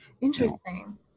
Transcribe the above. Interesting